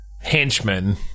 henchmen